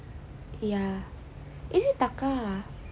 ya is it taka ah